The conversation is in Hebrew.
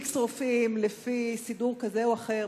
x רופאים לפי סידור כזה או אחר,